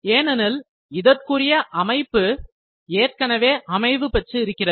ஏனெனில் இதற்குரிய அமைப்பு ஏற்கனவே அமைவு பெற்று இருக்கிறது